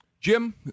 Jim